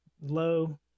low